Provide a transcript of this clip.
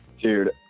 Dude